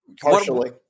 Partially